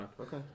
Okay